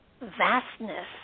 vastness